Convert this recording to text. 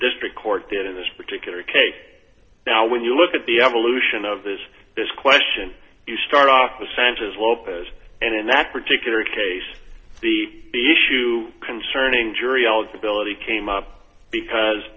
district court did in this particular case now when you look at the evolution of this this question you start off with sanchez lopez and in that particular case the issue concerning jury eligibility came up because